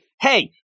hey